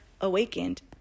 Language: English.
awakened